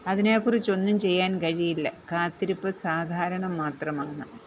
അതിനെക്കുറിച്ച് ഒന്നും ചെയ്യാൻ കഴിയില്ല കാത്തിരിപ്പ് സാധാരണം മാത്രമാണ്